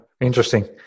interesting